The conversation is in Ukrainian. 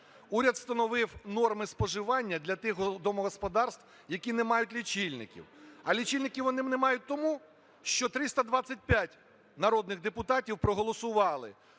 Уряд встановив норми споживання для тих домогосподарств, які не мають лічильників. А лічильників вони не мають тому, що 325 народних депутатів проголосували